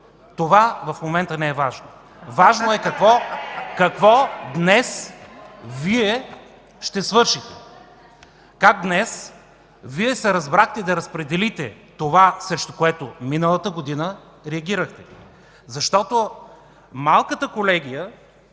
това в момента не е важно. (Смях от ГЕРБ.) Важно е какво днес Вие ще свършите, как днес Вие се разбрахте да разпределите това, срещу което миналата година реагирахте! Защото малката колегия,